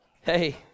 Hey